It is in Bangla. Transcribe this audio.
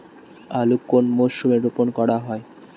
আলু কোন মরশুমে রোপণ করা হয়?